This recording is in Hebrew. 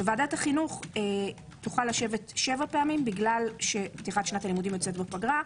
וועדת החינוך תוכל לשבת שבע פעמים בגלל פתיחת הלימודים שיוצאת בפגרה,